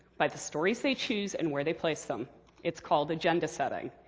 by the stories they choose and where they place them it's called agenda setting.